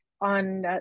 on